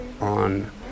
on